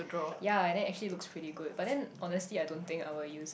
ya and then actually looks pretty good but then honestly I don't think I will use it